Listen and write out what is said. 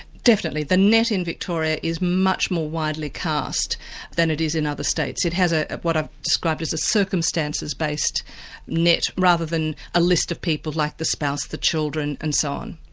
definitely. the net in victoria is much more widely cast than it is in other states. it has ah what i've described as a circumstances-based net rather than a list of people like the spouse, the children, and so on.